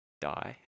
die